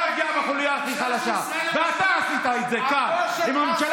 זה מה שאתה עשית כשישבת כאן בממשלה.